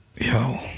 Yo